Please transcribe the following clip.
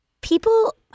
People